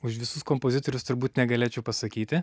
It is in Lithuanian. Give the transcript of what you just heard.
už visus kompozitorius turbūt negalėčiau pasakyti